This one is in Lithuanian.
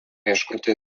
ieškoti